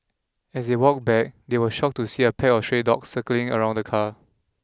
as they walked back they were shocked to see a pack of stray dogs circling around the car